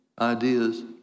ideas